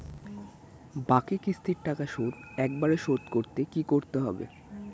বাকি কিস্তির টাকা শোধ একবারে শোধ করতে কি করতে হবে?